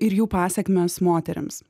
ir jų pasekmes moterims